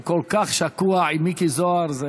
הוא כל כך שקוע עם מיקי זוהר.